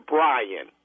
Brian